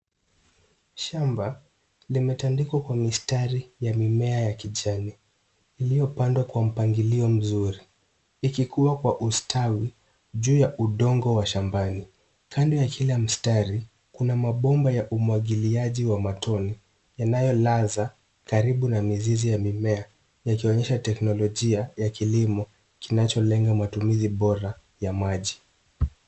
Shamba limetandikwa kwa mistari ya mimea ya kijani iliyopandwa kwa mpangilio mzuri, ikikua kwa ustawi juu ya udongo wa shambani. Kando ya kila mistari, kuna mabomba ya umwagiliaji wa matone yanayolaza karibu na mizizi ya mimea, ikionyesha teknolojia ya kilimo kinacholenga matumizi bora ya maji.